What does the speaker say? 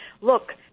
Look